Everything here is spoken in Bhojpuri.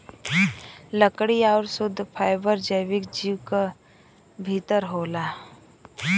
लकड़ी आउर शुद्ध फैबर जैविक चीज क भितर होला